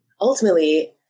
Ultimately